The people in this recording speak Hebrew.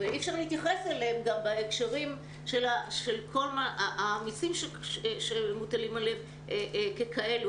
ואי אפשר להתייחס אליהם גם בהקשר של המסים שמוטלים עליהם ככאלה.